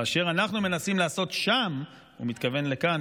ואשר אנחנו מנסים לעשות שם" הוא מתכוון לכאן,